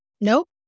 nope